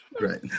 right